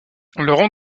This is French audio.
laurent